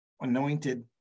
anointed